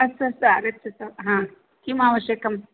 अस्तु अस्तु आगच्छतु हा किं आवश्यकं